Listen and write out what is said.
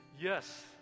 yes